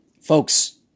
folks